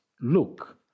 look